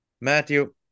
Matthew